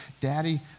Daddy